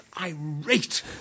irate